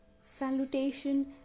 salutation